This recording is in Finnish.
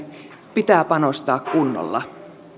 pitää panostaa kunnolla